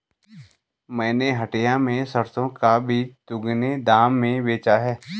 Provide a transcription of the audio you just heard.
मैंने हटिया में सरसों का बीज दोगुने दाम में बेचा है